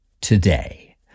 today